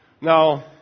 Now